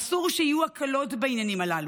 אסור שיהיו הקלות בעניינים הללו.